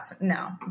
No